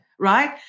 right